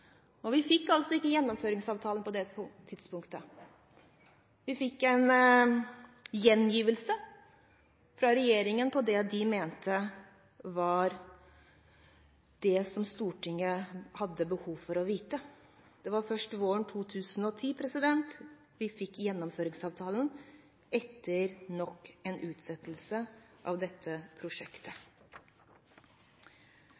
fikk en gjengivelse fra regjeringen av det man mente var det Stortinget hadde behov for å vite. Det var først våren 2010 vi fikk Gjennomføringsavtalen – etter nok en utsettelse av dette prosjektet.